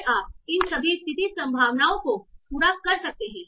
फिर आप इन सभी स्थिति संभावनाओं को पूरा कर सकते हैं